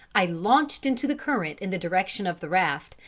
i launched into the current in the direction of the raft,